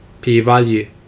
P-value